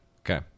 Okay